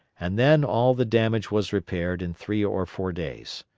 and then all the damage was repaired in three or four days.